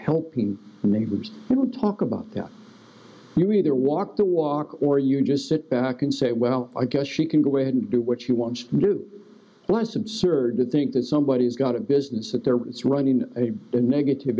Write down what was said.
helping neighbors we'll talk about that you either walk the walk or you just sit back and say well i guess she can go ahead and do what she wants to do was absurd to think that somebody has got a business that there is running a negative